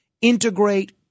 integrate